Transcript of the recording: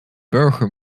burger